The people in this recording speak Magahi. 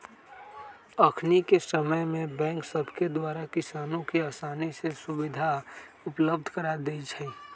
अखनिके समय में बैंक सभके द्वारा किसानों के असानी से सुभीधा उपलब्ध करा देल जाइ छइ